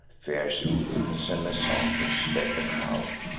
fierce ufens, and messapus, led the crowd,